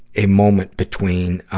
a moment between, ah